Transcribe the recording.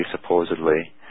supposedly